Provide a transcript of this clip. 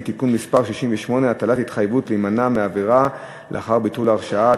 (תיקון מס' 68) (הטלת התחייבות להימנע מעבירה לאחר ביטול הרשעה),